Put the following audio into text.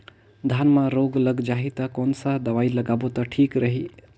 धान म रोग लग जाही ता कोन सा दवाई लगाबो ता ठीक रही?